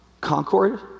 concord